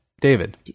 David